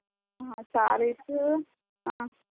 sarees